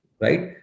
Right